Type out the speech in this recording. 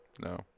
No